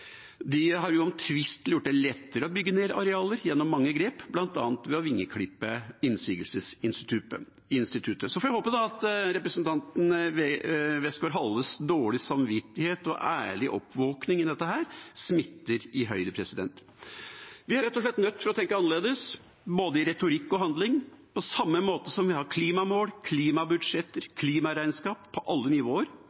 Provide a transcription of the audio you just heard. De har uomtvistelig gjort det lettere å bygge ned arealer gjennom mange grep, bl.a. ved å vingeklippe innsigelsesinstituttet. Så får jeg håpe at representanten Westgaard-Halles dårlige samvittighet og ærlige oppvåkning i dette smitter i Høyre. Vi er rett og slett nødt til å tenke annerledes, i både retorikk og handling. På samme måte som vi har klimamål,